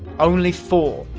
only four!